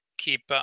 Keep